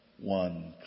One